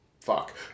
fuck